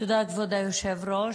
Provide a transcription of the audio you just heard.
תודה, כבוד היושב-ראש.